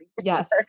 Yes